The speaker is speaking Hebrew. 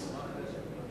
שאילתא ראשונה,